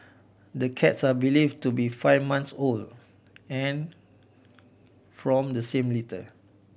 the cats are believe to be five months old and from the same litter